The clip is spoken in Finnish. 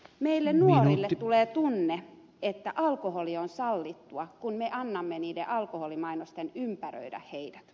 meille nuorille tulee tunne että alkoholi on sallittua kun me annamme niiden alkoholimainosten ympäröidä heidät